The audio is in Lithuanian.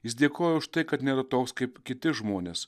jis dėkoja už tai kad nėra toks kaip kiti žmonės